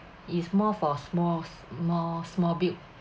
is more for small more small built